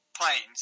planes